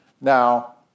Now